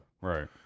Right